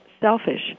selfish